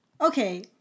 Okay